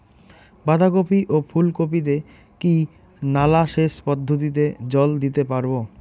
বাধা কপি ও ফুল কপি তে কি নালা সেচ পদ্ধতিতে জল দিতে পারবো?